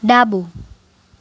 ડાબું